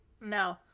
No